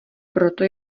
proto